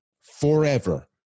forever